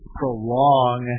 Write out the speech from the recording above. prolong